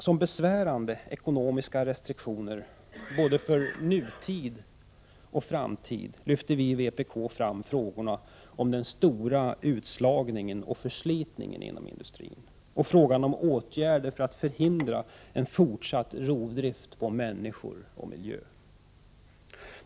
Som besvärande ekonomiska restriktioner för både nutid och framtid lyfter vi från vpk fram frågorna om den stora utslagningen och förslitningen inom industrin och frågan om åtgärder för att förhindra en fortsatt rovdrift på människor och miljö.